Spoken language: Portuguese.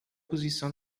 posição